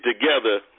together